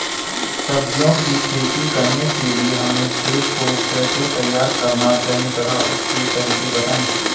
सब्जियों की खेती करने के लिए हमें खेत को कैसे तैयार करना चाहिए तथा उसके तरीके बताएं?